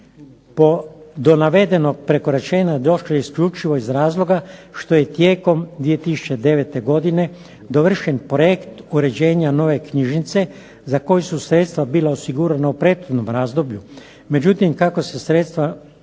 Po do navedenog prekoračenja došlo je isključivo iz razloga što je tijekom 2009. godine dovršen projekt uređenja nove knjižnice za koju su sredstva bila osigurana u prethodnom razdoblju, međutim kako se sredstva,